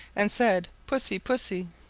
and said, pussy, pussy.